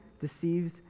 deceives